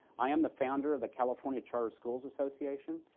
i am the founder of the california charter schools association.